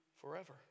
forever